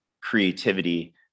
creativity